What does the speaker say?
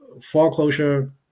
foreclosure